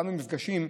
כמה מפגשים,